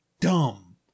dumb